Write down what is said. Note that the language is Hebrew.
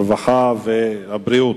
הרווחה והבריאות.